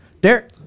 Derek